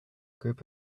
group